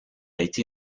été